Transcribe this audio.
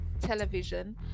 television